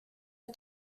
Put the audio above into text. are